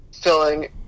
filling